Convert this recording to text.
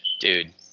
dude